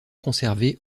conservés